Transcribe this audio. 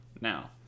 now